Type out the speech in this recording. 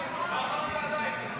ההסתייגות לא התקבלה.